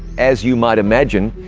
as you might imagine,